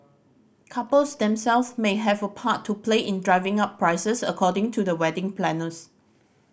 couples themselves may have a part to play in driving up prices according to the wedding planners